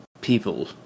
People